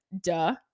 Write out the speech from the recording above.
duh